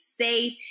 safe